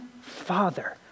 Father